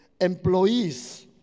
Employees